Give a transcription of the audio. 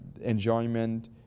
enjoyment